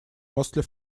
mostly